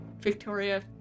Victoria